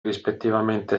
rispettivamente